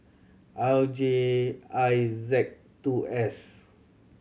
R J I Z two S